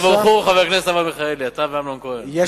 חברי הכנסת מיכאלי ואמנון כהן, תבורכו.